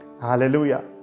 hallelujah